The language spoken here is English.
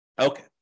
Okay